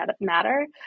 Matter